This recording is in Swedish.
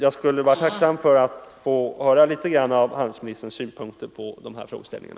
Jag skulle vara tacksam att få höra litet grand av handelsministerns synpunkter på dessa frågeställningar.